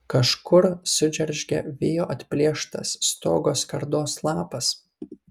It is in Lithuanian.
kažkur sudžeržgė vėjo atplėštas stogo skardos lapas